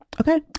Okay